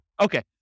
Okay